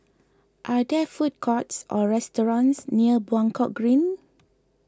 are there food courts or restaurants near Buangkok Green